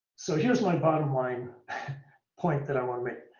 so here's my bottom line point that i want to make.